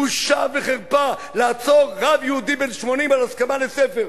בושה וחרפה לעצור רב יהודי בן 80 על הסכמה לספר.